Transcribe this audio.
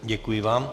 Děkuji vám.